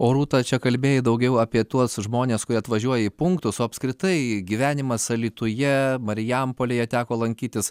o rūta čia kalbėjai daugiau apie tuos žmones kurie atvažiuoja į punktus o apskritai gyvenimas alytuje marijampolėje teko lankytis